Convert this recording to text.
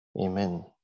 Amen